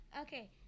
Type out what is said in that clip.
Okay